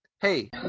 Hey